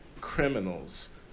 criminals